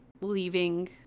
leaving